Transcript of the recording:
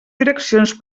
direccions